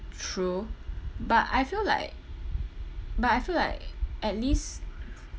true but I feel like but I feel like at least